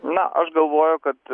na aš galvoju kad